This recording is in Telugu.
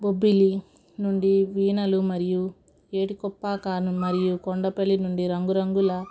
బొబ్బిలి నుండి వీణలు మరియు ఏడుకొప్పాకాను మరియు కొండపల్లి నుండి రంగు రంగుల